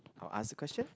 I'll ask a question